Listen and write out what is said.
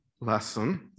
lesson